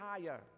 higher